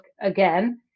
again